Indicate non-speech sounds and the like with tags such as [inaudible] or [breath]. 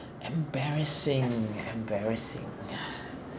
embarrassing embarrassing [breath]